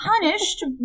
punished